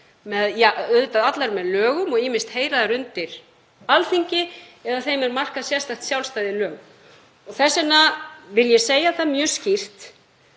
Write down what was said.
auðvitað allar með lögum og þær heyra ýmist undir Alþingi eða þeim er markað sérstakt sjálfstæði í lögum. Þess vegna vil ég segja það mjög skýrt